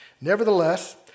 Nevertheless